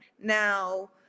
now